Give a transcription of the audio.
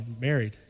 married